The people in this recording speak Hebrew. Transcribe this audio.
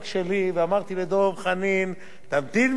ואמרתי לדב חנין: תמתין בסבלנות.